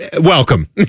welcome